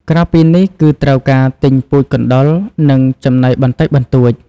ក្រៅពីនេះគឺត្រូវការទិញពូជកណ្តុរ និងចំណីបន្តិចបន្តួច។